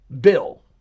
bill